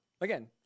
Again